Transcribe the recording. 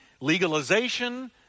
legalization